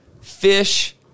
fish